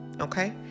Okay